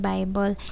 Bible